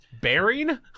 bearing